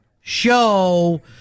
show